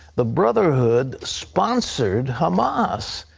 the brotherhood sponsored hamas.